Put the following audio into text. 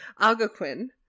Algonquin